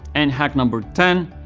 and hack number ten,